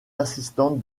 assistantes